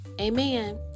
Amen